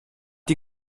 die